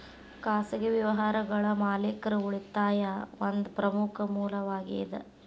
ಖಾಸಗಿ ವ್ಯವಹಾರಗಳ ಮಾಲೇಕರ ಉಳಿತಾಯಾ ಒಂದ ಪ್ರಮುಖ ಮೂಲವಾಗೇದ